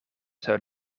zou